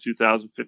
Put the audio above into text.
2015